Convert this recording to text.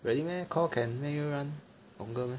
really meh core can make you run longer meh